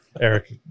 eric